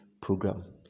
program